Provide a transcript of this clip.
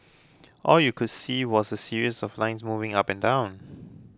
all you could see was a series of lines moving up and down